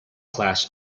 class